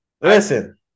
listen